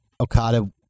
Okada